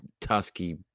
Tusky